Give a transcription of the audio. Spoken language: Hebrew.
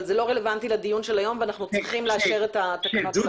אבל זה לא רלוונטי לדיון של היום ואנחנו צריכים לאשר את התקנות.